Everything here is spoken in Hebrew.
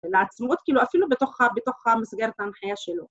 ‫לעצמו אפילו בתוך, בתוך המסגרת ההנחייה שלו.